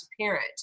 parent